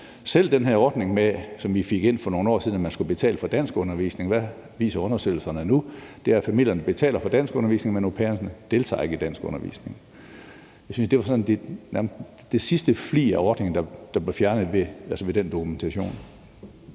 til den her ordning, som vi fik sat ind for nogle år siden, og som gør, at familierne skal betale for danskundervisning, viser undersøgelserne nu, at familierne betaler for danskundervisning, men at au pairerne ikke deltager i danskundervisningen. Det var sådan den sidste flig af ordningen, der blev fjernet med den dokumentation.